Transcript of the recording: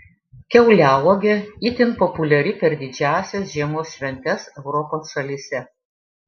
kiauliauogė itin populiari per didžiąsias žiemos šventes europos šalyse